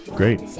Great